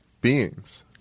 beings